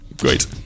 Great